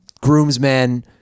groomsmen